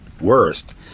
worst